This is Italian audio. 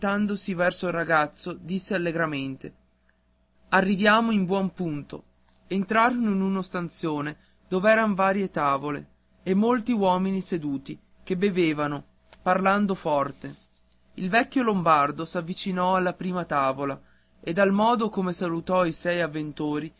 voltandosi verso il ragazzo disse allegramente arriviamo in buon punto entrarono in uno stanzone dov'eran varie tavole e molti uomini seduti che bevevano parlando forte il vecchio lombardo s'avvicinò alla prima tavola e dal modo come salutò i sei avventori